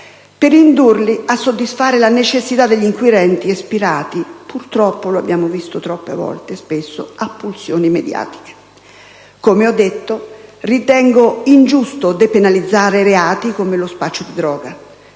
per indurle a soddisfare le necessità degli inquirenti, spesso ispirate - purtroppo lo abbiamo visto molte volte - a pulsioni mediatiche. Come ho detto, ritengo ingiusto depenalizzare reati come lo spaccio di droga.